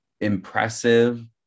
impressive